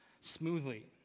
smoothly